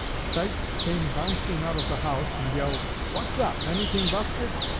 sykes came bouncing out of the house, and yelled what's up! anything busted?